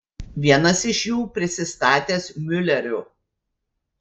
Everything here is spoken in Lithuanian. vienas iš jų prisistatęs miuleriu